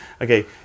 Okay